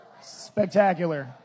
Spectacular